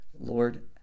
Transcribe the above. lord